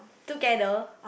together